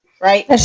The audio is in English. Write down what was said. Right